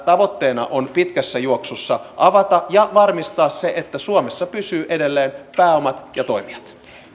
tavoitteena on pitkässä juoksussa avata ja varmistaa se että suomessa pysyvät edelleen pääomat ja toimijat